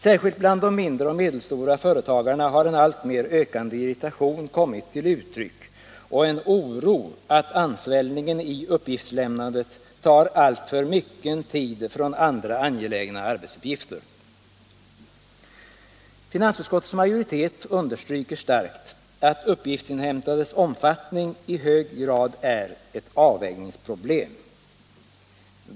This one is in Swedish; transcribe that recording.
Särskilt bland de mindre och medelstora företagarna har en alltmer ökande irritation kommit till uttryck, och en oro för att ansvällningen i uppgiftslämnandet tar alltför mycket tid från andra angelägna arbetsuppgifter. Finansutskottets majoritet understryker starkt att uppgiftsinhämtandets omfattning i hög grad är ett avvägningsproblem.